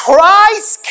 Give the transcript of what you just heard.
Christ